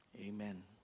Amen